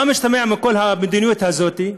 מה משתמע מכל המדיניות הזאת,